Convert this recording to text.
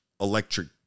electric